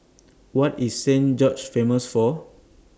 What IS Saint George's Famous For